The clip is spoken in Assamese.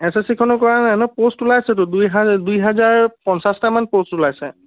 এছ এছ চিখনৰ কৰা নাই ন প'ষ্ট ওলাইছেতো দুই হা দুই হাজাৰ পঞ্চাছটামান প'ষ্ট ওলাইছে